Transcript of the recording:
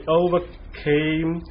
overcame